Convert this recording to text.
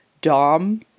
dom